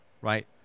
right